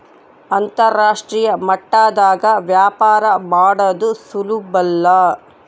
ಅಂತರಾಷ್ಟ್ರೀಯ ಮಟ್ಟದಾಗ ವ್ಯಾಪಾರ ಮಾಡದು ಸುಲುಬಲ್ಲ